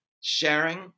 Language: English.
sharing